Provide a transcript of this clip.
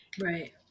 Right